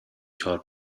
چهار